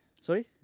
Sorry